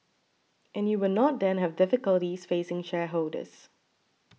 and you will not then have difficulties facing shareholders